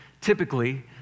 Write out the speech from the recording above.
typically